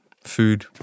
food